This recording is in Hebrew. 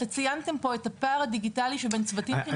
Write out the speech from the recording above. אתם ציינתם פה את הפער הדיגיטלי שבין צוותים חינוכיים.